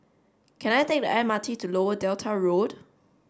can I take the M R T to Lower Delta Road